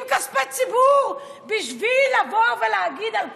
כספי ציבור בשביל לבוא ולהגיד על כחלון.